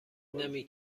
نمی